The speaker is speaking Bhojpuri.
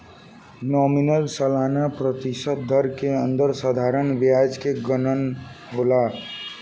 नॉमिनल सालाना प्रतिशत दर के अंदर साधारण ब्याज के गनना होला